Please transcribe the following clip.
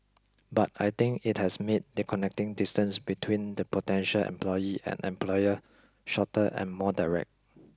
but I think it has made the connecting distance between the potential employee and employer shorter and more direct